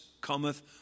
cometh